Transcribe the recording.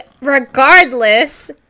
regardless